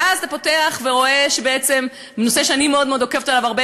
ואז אתה פותח ורואה נושא שאני מאוד מאוד עוקבת אחריו,